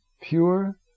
Pure